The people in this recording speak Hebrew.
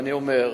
אני אומר,